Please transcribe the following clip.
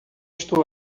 estou